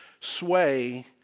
sway